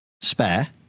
spare